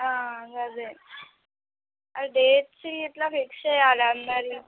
అదే ఆ డేట్స్ ఇలా ఫిక్స్ చెయ్యాలి అన్నది